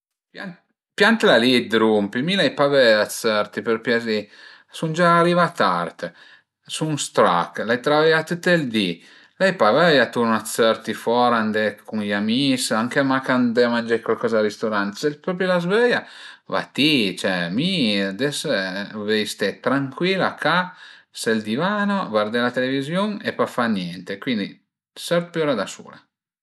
Piantla li d'rumpi, ma l'ai pa vöia d'sörti, sun gia arivà tard, sun strach, l'ai travaià tüt ël di, l'ai pa vöia turna sörti fora andé cun i amis, anche mach andé a mangé cualcoza al risturant, se propi l'as vöia va ti, cioè mi ades vöi ste trancuil a ca sël divano, guardé la televiziun e pa fa niente, cuindi sört püra da sula